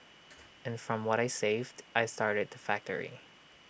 and from what I saved I started the factory